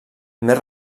més